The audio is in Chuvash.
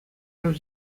шыв